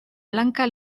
blanca